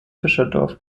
fischerdorf